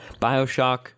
Bioshock